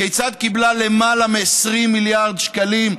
כיצד קיבלה למעלה מ-20 מיליארד שקלים,